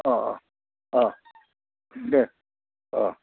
অঁ অঁ অঁ দে অঁ